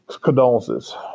Condolences